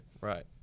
Right